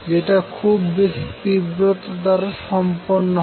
যেটা খুব বেশি তিব্রতা দ্বারা সম্পন্ন হয়